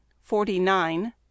forty-nine